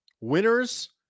winners